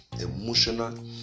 emotional